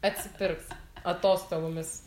atsipirks atostogomis